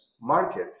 market